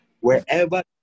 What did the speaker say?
wherever